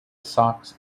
socks